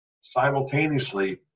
simultaneously